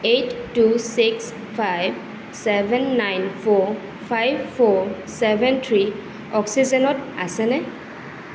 eight two six five seven nine four five four seven three অক্সিজেনত আছেনে